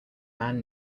man